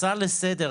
הצעה לסדר,